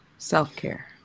Self-care